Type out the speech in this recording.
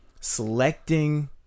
selecting